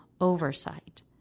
oversight